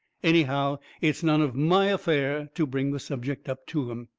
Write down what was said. anyhow, it's none of my affair to bring the subject up to em.